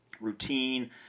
routine